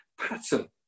pattern